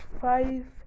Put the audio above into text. five